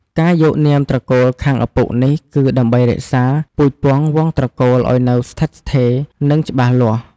ការយកនាមត្រកូលខាងឪពុកនេះ គឺដើម្បីរក្សា ពូជពង្សវង្សត្រកូលឲ្យនៅស្ថិតស្ថេរ និងច្បាស់លាស់។